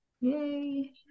Yay